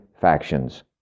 factions